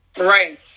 Right